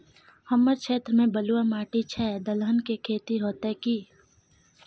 हमर क्षेत्र में बलुआ माटी छै, दलहन के खेती होतै कि?